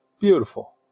Beautiful